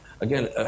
again